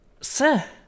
Sir